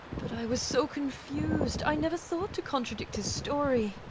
but i was so confused, i never thought to contradict his story